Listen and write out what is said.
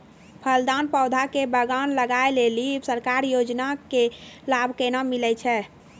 फलदार पौधा के बगान लगाय लेली सरकारी योजना के लाभ केना मिलै छै?